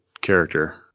character